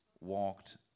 walked